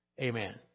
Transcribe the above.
Amen